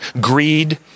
Greed